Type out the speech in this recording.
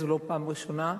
זו לא הפעם הראשונה,